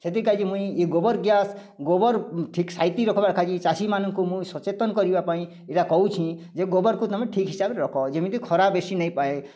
ସେଥିକାଜୀ ମୁଈଁ ଏଇ ଗୋବର୍ ଗ୍ୟାସ୍ ଗୋବର୍ ଠିକ୍ ସାଈତି ରଖା ଯାଈଚି ଚାଷୀମାନଙ୍କୁ ମୁଁ ସଚେତନ କରିବା ପାଇଁ ମୁଁ କହୁଚି ଯେ ଗୋବର୍କୁ ତମେ ଠିକ୍ ହିସାବରେ ରଖ ଯେମିତି ଖରା ବେଶି ନେଇ ପାଏ